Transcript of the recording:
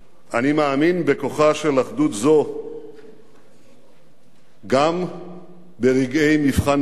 אני מאמין בכוחה של אחדות זו גם ברגעי מבחן בכנסת.